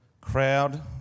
crowd